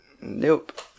nope